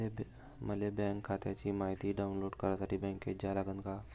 मले बँक खात्याची मायती डाऊनलोड करासाठी बँकेत जा लागन का?